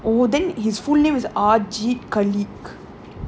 oh then his full name is ajeedh khalique